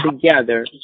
together